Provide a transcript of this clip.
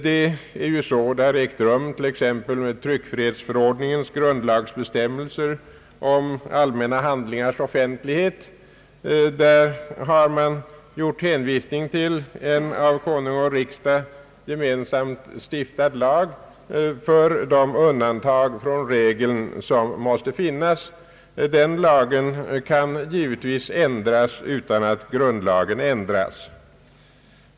Det har varit fallet exempelvis när det gäller tryckfrihetsförordningens grundlagsbestämmelser om allmänna handlingars offentlighet. Därvidlag har gjorts en hänvisning till en av Konung och riksdag gemensamt stiftad lag beträffande de undantag från regeln som måste finnas. Denna lag kan givetvis ändras utan att grundlagen ändras.